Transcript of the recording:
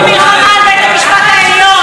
אתם איימתם במלחמה על בית המשפט העליון.